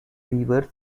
weavers